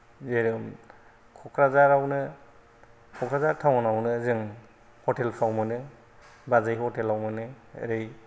जेरखम कक्राझारावनो कक्राजझार टाउन आवनो जों हटेल फ्राव मोनो बाजै हटेलाव मोनो ओरै